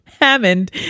Hammond